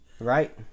Right